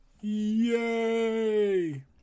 Yay